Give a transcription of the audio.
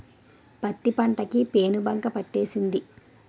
పత్తి పంట కి పేనుబంక పట్టేసింది